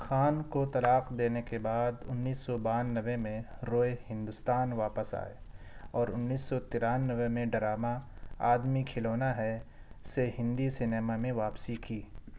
خان کو طلاق دینے کے بعد انیس سو بانوے میں رؤے ہندوستان واپس آئے اور انیس سو ترانوے میں ڈرامہ آدمی کھلونا ہے سے ہندی سنیما میں واپسی کی